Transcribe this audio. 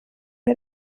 wir